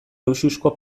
luxuzko